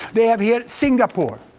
they have here singapore.